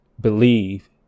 believe